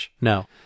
No